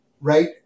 right